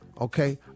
Okay